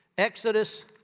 Exodus